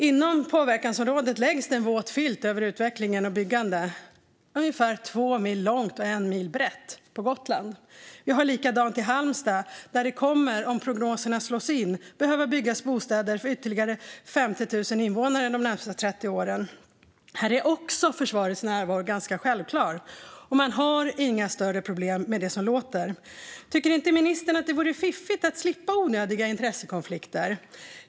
Inom påverkansområdet läggs en våt filt över utveckling och byggande som täcker ett område som är ungefär två mil långt och en mil brett på Gotland. Det är likadant i Halmstad, där det om prognoserna slår in kommer att behöva byggas bostäder för ytterligare 50 000 invånare de närmaste 30 åren. Också här är försvarets närvaro ganska självklar, och man har inga större problem med det som låter. Tycker inte ministern att det vore fiffigt att slippa onödiga intressekonflikter?